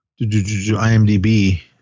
IMDb